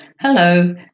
Hello